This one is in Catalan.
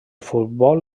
futbol